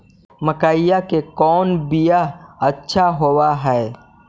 मकईया के कौन बियाह अच्छा होव है?